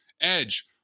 Edge